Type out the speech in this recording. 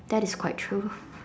that is quite true